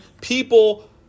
people